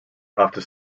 after